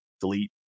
Delete